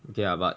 okay lah but